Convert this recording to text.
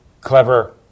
clever